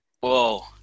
Whoa